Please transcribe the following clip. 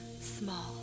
small